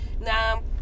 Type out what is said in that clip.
Now